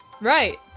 Right